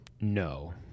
no